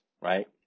right